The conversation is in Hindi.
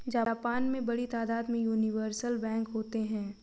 जापान में बड़ी तादाद में यूनिवर्सल बैंक होते हैं